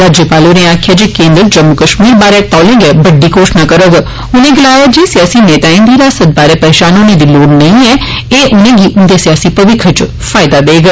राज्यपाल होरें आक्खेया जे केन्द्र जम्मू कश्मीर बारै तौले गै बड्डी घोषणा करोग उनें गलाया जे सियासी नेताएं दी हिरासत बारै परेशान होनें दी लोढ़ नेंई ऐ एह उनेंगी उन्दे सियासी भविक्ख इच फायदा देग